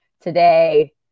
today